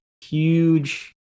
huge